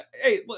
Hey